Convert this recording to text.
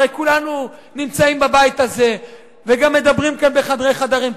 הרי כולנו נמצאים בבית הזה וגם מדברים כאן בחדרי חדרים.